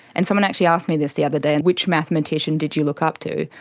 and someone actually asked me this the other day and which mathematician did you look up to?